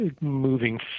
moving